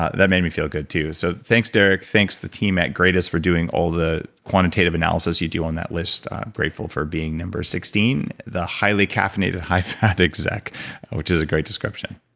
ah that made me feel good too, so thanks derek thanks to the team at greatist for doing all the quantitative analysis you do on that list grateful for being number sixteen. the highly caffeinated high fat exec which is a great description.